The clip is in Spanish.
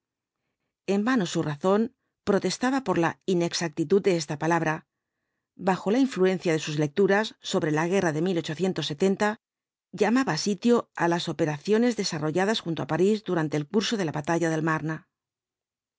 en vano su razón protestaba de la inexactitud d esta palabra bajo la influencia de sus lecturas sobre la guerra de llamaba sitio á las operaciones desarrolladas junto á parís durante el curso de la batalla del mame